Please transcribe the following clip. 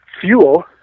fuel